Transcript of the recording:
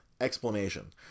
explanation